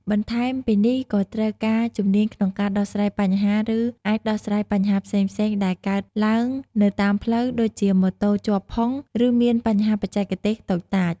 បន្ថែមពីនេះក៏ត្រូវការជំនាញក្នុងការដោះស្រាយបញ្ហា ឬអាចដោះស្រាយបញ្ហាផ្សេងៗដែលកើតឡើងនៅតាមផ្លូវ ដូចជាម៉ូតូជាប់ផុង ឬមានបញ្ហាបច្ចេកទេសតូចតាច។